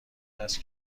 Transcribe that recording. است